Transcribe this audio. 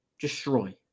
destroy